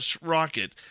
rocket